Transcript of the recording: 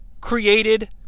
created